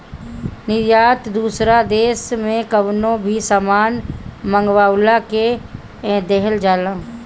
निर्यात दूसरा देस से कवनो भी सामान मंगवला के कहल जाला